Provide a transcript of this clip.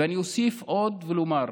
ואני אוסיף עוד ואומר: